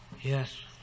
Yes